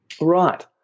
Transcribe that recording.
Right